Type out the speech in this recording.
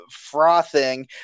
frothing